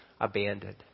abandoned